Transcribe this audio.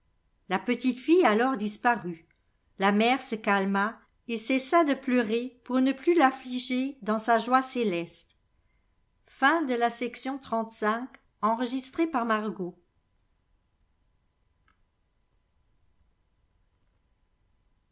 la petite fille alors disparut la mère se calma et cessa de pleurer pour ne plus rafni cr dans sa joie céleste